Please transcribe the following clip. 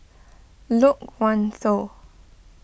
Loke Wan Tho